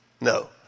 No